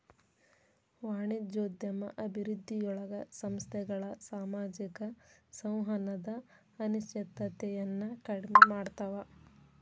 ವಾಣಿಜ್ಯೋದ್ಯಮ ಅಭಿವೃದ್ಧಿಯೊಳಗ ಸಂಸ್ಥೆಗಳ ಸಾಮಾಜಿಕ ಸಂವಹನದ ಅನಿಶ್ಚಿತತೆಯನ್ನ ಕಡಿಮೆ ಮಾಡ್ತವಾ